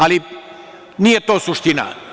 Ali, nije to suština.